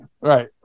Right